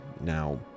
now